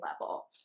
level